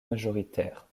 majoritaire